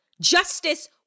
Justice